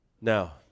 now